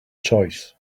choice